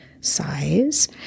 size